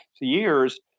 years